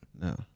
No